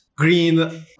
Green